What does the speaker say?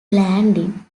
landing